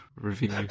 review